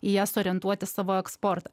į jas orientuoti savo eksportą